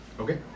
Okay